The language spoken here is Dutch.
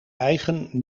eigen